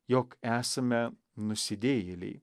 jog esame nusidėjėliai